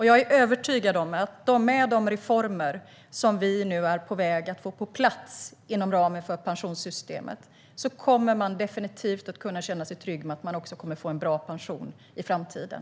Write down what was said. Jag är övertygad om att med de reformer som vi är på väg att få på plats inom ramen för pensionssystemet kommer man definitivt att kunna känna sig trygg med att man kommer att kunna få en bra pension också i framtiden.